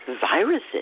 viruses